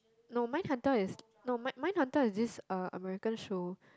no Mindhunter is no mind Mindhunter is this uh American show